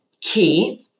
key